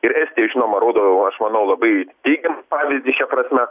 ir estija žinoma rodo aš manau labai teigiamą pavyzdį šia prasme